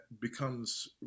becomes